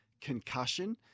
concussion